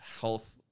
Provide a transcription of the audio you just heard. health